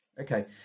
Okay